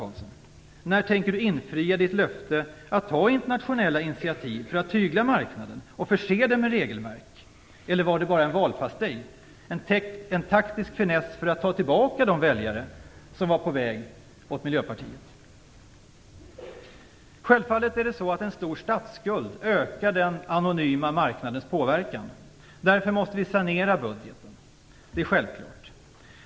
När tänker Ingvar Carlsson infria sitt löfte att ta internationella initiativ för att tygla marknaden och förse den med regelverk? Eller var det bara en valpastej, en taktisk finess för att ta tillbaka de väljare som var på väg till Självfallet är det så att en stor statsskuld ökar den anonyma marknadens påverkan. Därför måste vi sanera budgeten. Det är självklart.